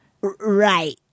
Right